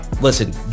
listen